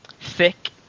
Thick